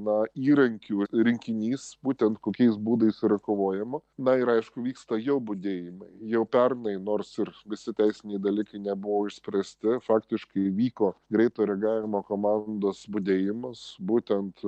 na įrankių rinkinys būtent kokiais būdais yra kovojama na ir aišku vyksta jau budėjimai jau pernai nors ir visi teisiniai dalykai nebuvo išspręsti faktiškai įvyko greito reagavimo komandos budėjimas būtent